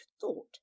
thought